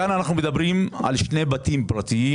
כאן אנחנו מדברים על שני בתים פרטיים,